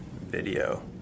video